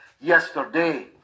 yesterday